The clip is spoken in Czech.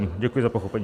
Děkuji za pochopení.